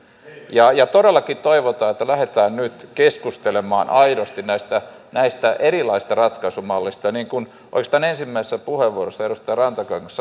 ja ja todellakin toivotaan että lähdetään nyt keskustelemaan aidosti näistä näistä erilaisista ratkaisumalleista niin kuin oikeastaan ensimmäisessä puheenvuorossa edustaja rantakangas